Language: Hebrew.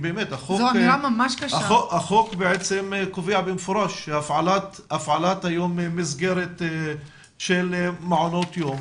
החוק קובע שהפעלת מסגרת מעונות יום